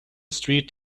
street